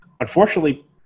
Unfortunately